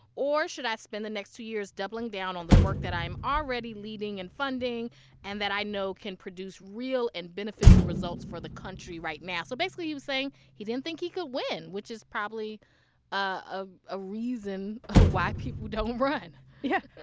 or should i spend the next two years doubling down on the work that i'm already leading and funding and that i know can produce real and beneficial results for the country right now? so basically, you're saying he didn't think he could win, which is probably a ah reason ah why people don't run yeah.